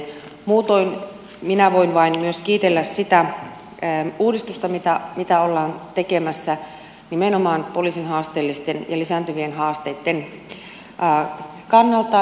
muutoin minä voin myös vain kiitellä sitä uudistusta mitä ollaan tekemässä nimenomaan poliisin lisääntyvien haasteitten kannalta